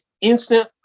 instant